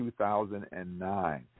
2009